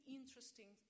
interesting